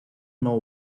know